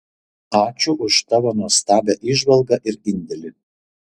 ačiū už tavo nuostabią įžvalgą ir indėlį